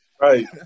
Right